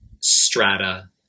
strata